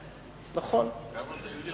נכון, כמה שיותר.